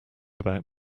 about